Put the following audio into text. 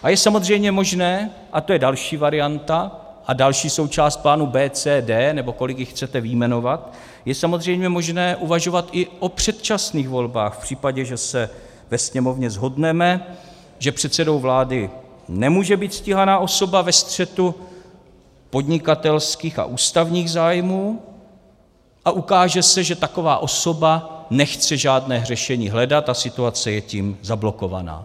A je samozřejmě možné, a to je další varianta, a další součást plánu B, C, D, nebo kolik jich chcete vyjmenovat, je samozřejmě možné uvažovat i o předčasných volbách v případě, že se ve Sněmovně shodneme, že předsedou vlády nemůže být stíhaná osoba ve střetu podnikatelských a ústavních zájmů a ukáže se, že taková osoba nechce žádné řešení hledat a situace je tím zablokovaná.